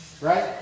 Right